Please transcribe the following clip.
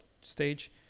stage